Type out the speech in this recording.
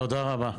תודה רבה.